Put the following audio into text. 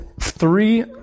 three